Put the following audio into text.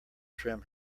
trim